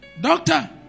Doctor